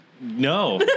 No